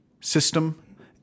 system